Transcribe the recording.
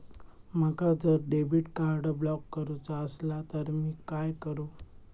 माका जर debit card block करूचा असला तर मी काय करू?